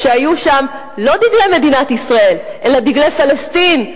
היו שם לא דגלי מדינת ישראל אלא דגלי פלסטין,